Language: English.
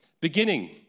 beginning